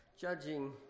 judging